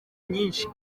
nyinshi